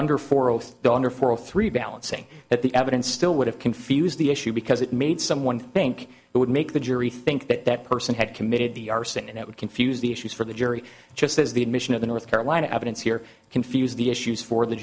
all three balancing that the evidence still would have confused the issue because it made someone think it would make the jury think that that person had committed the arson and it would confuse the issues for the jury just as the admission of the north carolina evidence here confuse the issues for the